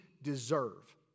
deserve